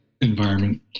environment